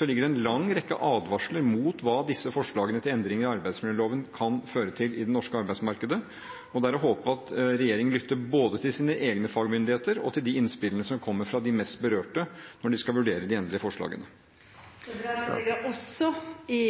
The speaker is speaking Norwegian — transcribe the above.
ligger det en lang rekke advarsler mot hva disse forslagene til endringer i arbeidsmiljøloven kan føre til i det norske arbeidsmarkedet. Det er å håpe at regjeringen lytter både til sine egne fagmyndigheter og til de innspillene som kommer fra de mest berørte, når de skal vurdere de endelige forslagene. Det ligger også i